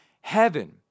heaven